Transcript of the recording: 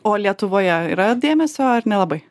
o lietuvoje yra dėmesio ar nelabai